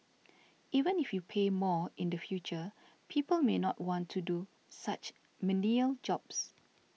even if you pay more in the future people may not want to do such menial jobs